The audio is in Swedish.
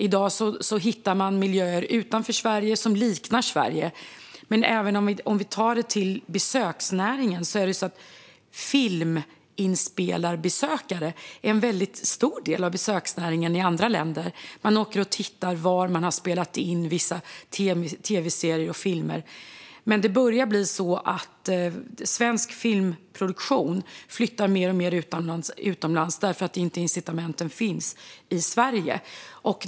I dag hittar man miljöer utanför Sverige men som liknar Sverige. Man kan även föra över detta till besöksnäringen. När det gäller den utgör filminspelningsbesökare en väldigt stor del av besöksnäring i andra länder. Man åker och tittar var vissa tv-serier och filmer har spelats in. Det börjar bli mer så att svensk filmproduktion allt oftare flyttar ut inspelningarna utomlands eftersom incitamenten inte finns i Sverige.